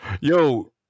Yo